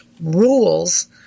rules